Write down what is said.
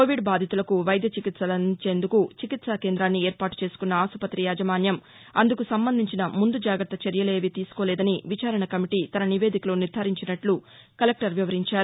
Covid బాధితులకు వైద్య చికిత్సలందించేందుకు చికిత్సా కేందాన్ని ఏర్పాటు చేసుకున్న ఆస్పతి యాజమాన్యం అందుకు సంబంధించిన ముందు జాగ్రత్త చర్యలేవీ తీసుకోలేదని విచారణ కమిటీ తన నివేదికలో నిర్దారించినట్లు కలెక్టర్ వివరించారు